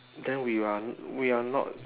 then we are we are not